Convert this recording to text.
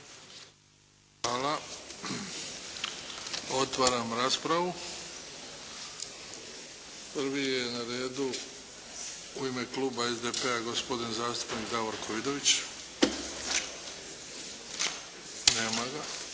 Hvala. Otvaram raspravu. Prvi je na redu u ime kluba SDP-a, gospodin zastupnik Davorko Vidović. Nema ga.